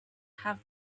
have